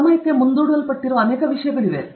ಆದ್ದರಿಂದ ಸಮಯಕ್ಕೆ ಮುಂದೂಡಲ್ಪಟ್ಟಿರುವ ಅನೇಕ ವಿಷಯಗಳಿವೆ